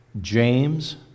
James